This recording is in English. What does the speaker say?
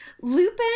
Lupin